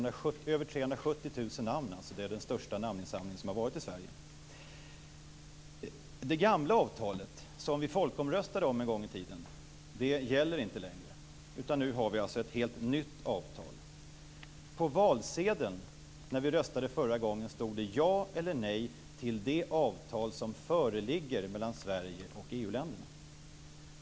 Det är den största namninsamling som har genomförts i Sverige. Det gamla avtal som vi folkomröstade om en gång i tiden gäller inte längre, utan vi har nu ett helt nytt avtal. På valsedeln när vi röstade förra gången stod det: Ja eller nej till det avtal som föreligger mellan Sverige och EU-länderna.